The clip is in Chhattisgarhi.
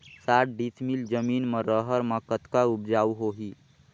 साठ डिसमिल जमीन म रहर म कतका उपजाऊ होही?